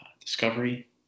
Discovery